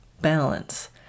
balance